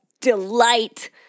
delight